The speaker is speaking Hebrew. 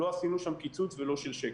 לא עשינו שם קיצוץ, ולא של שקל.